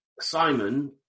Simon